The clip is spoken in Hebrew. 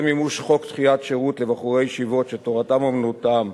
מימוש חוק דחיית שירות לבחורי ישיבות שתורתם אומנותם,